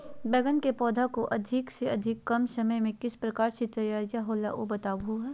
बैगन के पौधा को अधिक से अधिक कम समय में किस प्रकार से तैयारियां होला औ बताबो है?